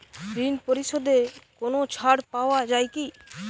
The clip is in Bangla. ঋণ পরিশধে কোনো ছাড় পাওয়া যায় কি?